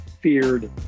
feared